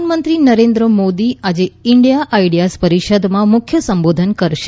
પ્રધાનમંત્રી નરેન્દ્ર મોદી આજે India ideas પરિષદમાં મુખ્ય સંબોધન કરશે